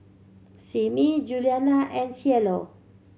Simmie Juliana and Cielo